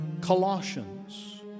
Colossians